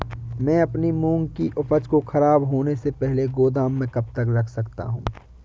मैं अपनी मूंग की उपज को ख़राब होने से पहले गोदाम में कब तक रख सकता हूँ?